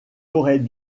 aurait